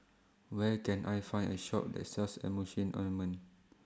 Where Can I Find A Shop that sells Emulsying Ointment